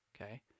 Okay